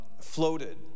floated